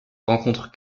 rencontre